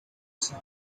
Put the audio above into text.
some